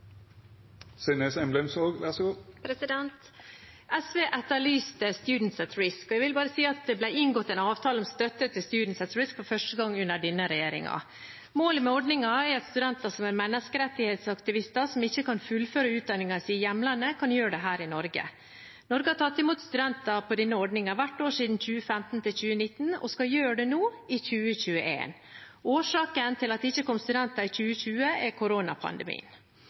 SV etterlyste Students at Risk, og jeg vil bare si at det ble inngått en avtale om støtte til Students at Risk for første gang under denne regjeringen. Målet med ordningen er at studenter som er menneskerettighetsaktivister, som ikke kan fullføre utdanningen sin i hjemlandet, kan gjøre det her i Norge. Norge har tatt imot studenter på denne ordningen hvert år fra 2015 til 2019, og skal gjøre det nå i 2021. Årsaken til at det ikke kom studenter i 2020, er koronapandemien.